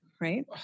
right